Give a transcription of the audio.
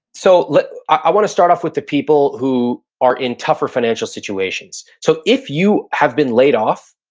so like i wanna start off with the people who are in tougher financial situations. so if you have been laid off,